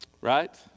Right